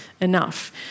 enough